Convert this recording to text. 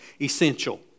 essential